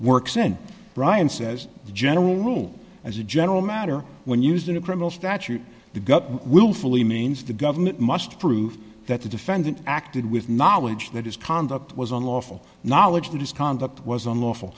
works in brian says the general rule as a general matter when used in a criminal statute to go willfully means the government must prove that the defendant acted with knowledge that his conduct was unlawful knowledge that his conduct was unlawful